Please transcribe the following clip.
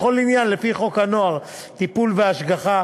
בכל עניין לפי חוק הנוער (טיפול והשגחה),